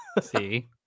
See